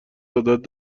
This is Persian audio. عادت